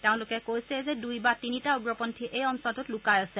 তেওঁলোকে কৈছে যে দুই বা তিনিটা উগ্ৰপন্থী এই অঞ্চলটোত লুকাই আছে